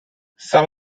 some